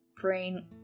brain